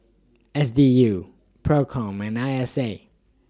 S D U PROCOM and I S A